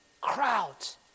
crowds